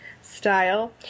style